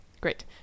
great